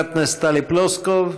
חברת הכנסת טלי פלוסקוב,